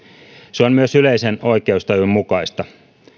se on myös yleisen oikeustajun mukaista